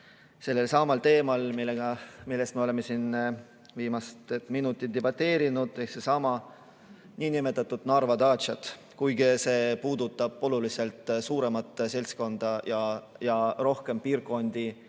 sellelsamal teemal, millest me oleme siin viimastel minutitel debateerinud, ehk need Narva daatšad. Kuigi see puudutab oluliselt suuremat seltskonda ja rohkem piirkondi